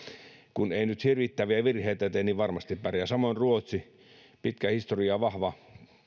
kun ei nyt hirvittäviä virheitä tee niin varmasti pärjää samoin ruotsi pitkä historia ja vahva